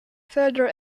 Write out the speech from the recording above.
further